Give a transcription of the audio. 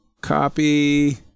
Copy